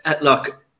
look